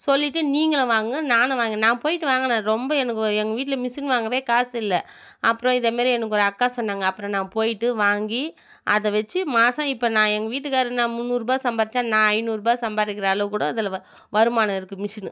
சொல்லிவிட்டு நீங்களும் வாங்குங்க நானும் வாங்கிறேன் நான் போய்விட்டு வாங்கினேன் ரொம்ப எனக்கு ஒ எங்கள் வீட்டில் மிசின் வாங்கவே காசு இல்லை அப்புறம் இதேமாரி எனக்கு ஒரு அக்கா சொன்னாங்க அப்புறம் நான் போய்விட்டு வாங்கி அதை வைச்சு மாதம் இப்போ நான் எங்கள் வீட்டுக்காரர் நான் முன்னூறுரூபா சம்பாரித்தா நான் ஐந்நூறுரூபா சம்பாதிக்கிற அளவுக்கு கூட அதில் வ வருமானம் இருக்குது மிஷினு